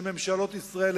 שממשלות ישראל,